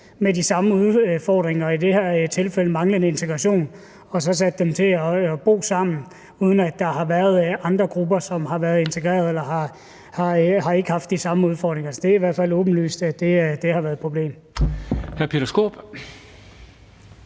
med de samme udfordringer – i det her tilfælde manglende integration – og sat dem til at bo sammen, uden at der har været andre grupper, som har været integrerede, eller som ikke har haft de samme udfordringer. Det er i hvert fald åbenlyst, at det har været et problem.